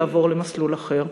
לעבור מסלול אחר.